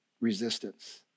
resistance